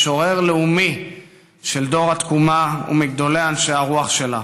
משורר לאומי של דור התקומה ומגדולי אנשי הרוח שלה.